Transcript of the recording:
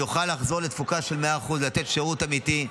ויוכל לחזור לתפוקה של 100% ולתת שירות אמיתי.